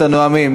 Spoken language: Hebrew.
את הנואמים.